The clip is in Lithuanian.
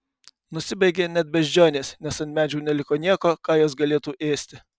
nusibaigė net beždžionės nes ant medžių neliko nieko ką jos galėtų ėsti